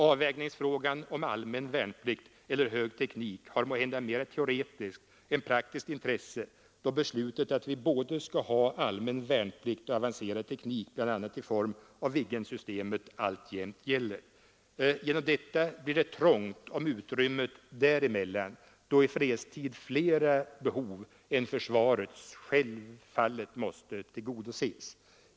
Avvägningsfrågan om allmän värnplikt eller hög teknik har måhända mera teoretiskt än praktiskt intresse, då beslutet att vi skall ha både allmän värnplikt och avancerad teknik bl.a. i form av Viggensystemet alltjämt gäller. Genom detta blir det trångt om utrymmet däremellan, då i fredstid flera behov än försvarets självfallet måste tillgodoses.